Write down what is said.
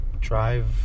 Drive